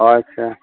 অ' আচ্ছা